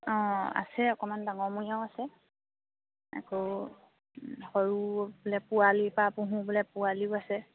অঁ আছে অকণমান ডাঙৰমূৰীয়াও আছে আকৌ সৰু বোলে পোৱালিৰ পৰা পুহো বোলে পোৱালিও আছে